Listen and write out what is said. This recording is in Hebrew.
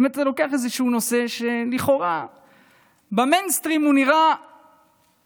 אתה לוקח איזשהו נושא שלכאורה במיינסטרים הוא נראה שחור